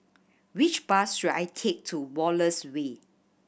which bus should I take to Wallace Way